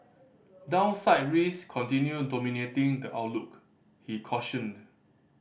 downside risks continue dominating the outlook he cautioned